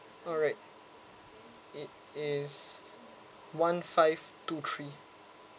alright it is one five two three